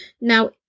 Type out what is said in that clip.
Now